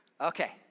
Okay